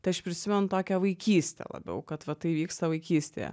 tai aš prisimenu tokią vaikystę labiau kad va tai vyksta vaikystėje